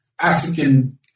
African